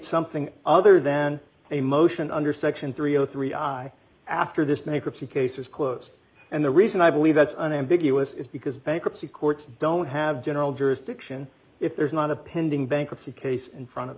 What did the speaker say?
something other than a motion under section three hundred and three i after this make the case is closed and the reason i believe that's unambiguous is because bankruptcy courts don't have general jurisdiction if there's not a pending bankruptcy case in front of